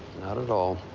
not at all.